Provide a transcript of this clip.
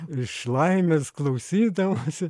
iš laimės klausydavosi